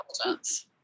intelligence